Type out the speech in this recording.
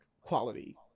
quality